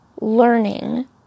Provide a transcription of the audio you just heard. learning